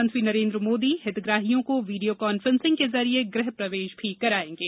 प्रधानमंत्री नरेन्द्र मोदी कल हितग्राहियों को वीडियो कॉन्फ्रेंसिंग के जरिए गृह प्रयेश करायेंगे